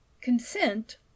consent